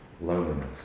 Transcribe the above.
loneliness